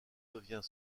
devient